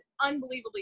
unbelievably